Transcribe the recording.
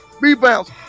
rebounds